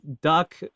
duck